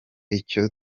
icyo